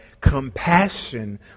compassion